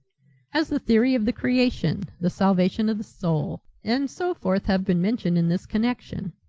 as the theory of the creation, the salvation of the soul, and so forth, have been mentioned in this connection.